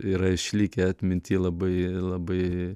yra išlikę atminty labai labai